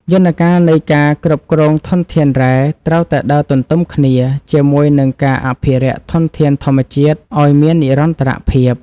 យន្តការនៃការគ្រប់គ្រងធនធានរ៉ែត្រូវតែដើរទន្ទឹមគ្នាជាមួយនឹងការអភិរក្សធនធានធម្មជាតិឱ្យមាននិរន្តរភាព។